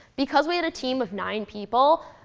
because we had a team of nine people,